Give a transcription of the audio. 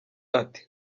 ati